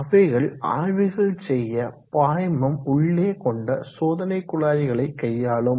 அவைகள் ஆய்வுகள் செய்ய பாய்மம் உள்ளே கொண்ட சோதனைக்குழாய்களை கையாளும்